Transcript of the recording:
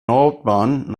nordbahn